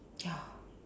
ya